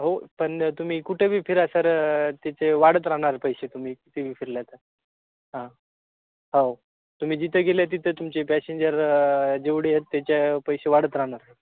हो पण तुम्ही कुठे बी फिरा सर त्याचे वाढत राहणार पैसे तुम्ही किती बी फिरला तर हां हो तुम्ही जिथे गेले तिथे तुमचे पॅसेंजर जेवढी आहेत त्याच्या पैसे वाढत राहणार